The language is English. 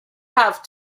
have